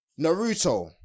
Naruto